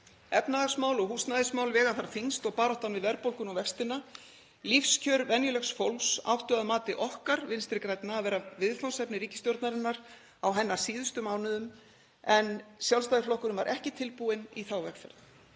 efnahagsmál og húsnæðismál vega þar þyngst og baráttan við verðbólguna og vextina. Lífskjör venjulegs fólks áttu að mati okkar Vinstri grænna að vera viðfangsefni ríkisstjórnarinnar á hennar síðustu mánuðum en Sjálfstæðisflokkurinn var ekki tilbúinn í þá vegferð.